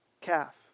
calf